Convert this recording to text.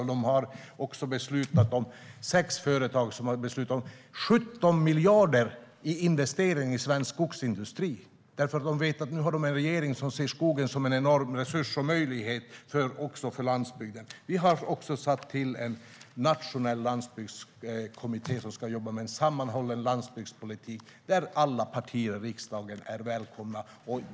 Sex företag har beslutat att investera 17 miljarder i svensk skogsindustri för att de vet att de nu har en regering som ser skogen som en enorm resurs och en möjlighet också för landsbygden. Vi har tillsatt en nationell landsbygdskommitté som ska jobba med en sammanhållen landsbygdspolitik, och där är alla partier i riksdagen välkomna.